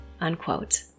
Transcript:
unquote